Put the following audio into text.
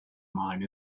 mine